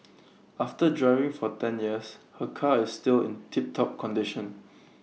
after driving for ten years her car is still in tiptop condition